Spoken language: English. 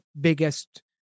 biggest